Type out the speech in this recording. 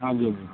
ਹਾਂਜੀ ਹਾਂਜੀ